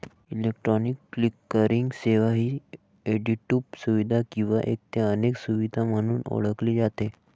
electronic clearing सेवा ही क्रेडिटपू सुविधा किंवा एक ते अनेक सुविधा म्हणून ओळखली जाते